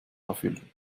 erfüllen